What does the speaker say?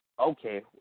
okay